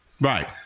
Right